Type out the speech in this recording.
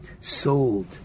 sold